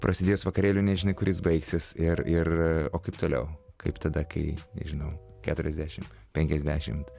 prasidėjus vakarėliui nežinai kut jis baigsis ir ir o kaip toliau kaip tada kai nežinau keturiasdešim penkiasdešim